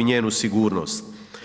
i njenu sigurnost.